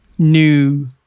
new